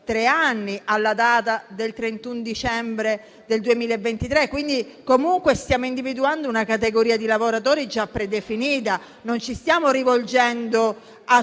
tre anni alla data del 31 dicembre 2023 - è chiaro che stiamo individuando una categoria di lavoratori già predefinita. Non ci stiamo rivolgendo a